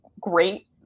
great